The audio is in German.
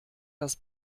das